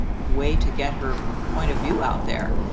way to get her point of view out there.